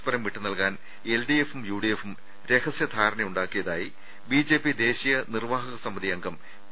സ്പരം വിട്ടു നൽകാൻ L D എഫും യൂ ഡി എഫും രഹസ്യധാരണ യുണ്ടാക്കിയതായി ബി ജെ പി ദേശീയ നിർവാഹകസമിതി അംഗം പി